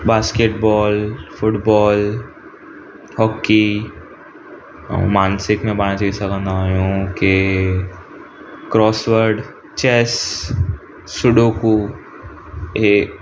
basket ball football hockey ऐं मानसिक में पाण चई सघंदा आहियूं की क्रोसवर्ड चैस सुडोकू हे